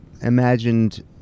imagined